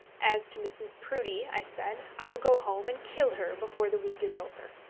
as to mrs. proudie, i said, i will go home and kill her before the week is over.